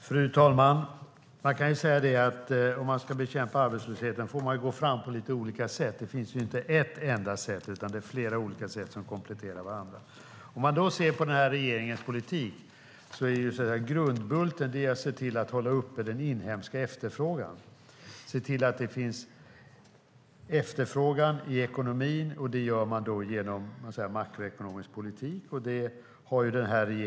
Fru talman! Om man ska bekämpa arbetslösheten får man gå fram på lite olika sätt. Det finns inte ett enda sätt utan flera olika sätt som kompletterar varandra. Grundbulten i den här regeringens politik är att hålla uppe den inhemska efterfrågan och se till att det finns en efterfrågan i ekonomin, och det gör man genom en makroekonomisk politik.